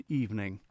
evening